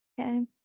Okay